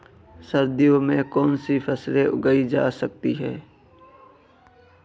सर्दियों में कौनसी फसलें उगाई जा सकती हैं?